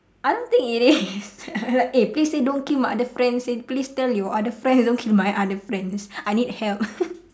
I don't think it is like eh please eh don't kill my friends eh please tell your other friends don't kill my other friends I need help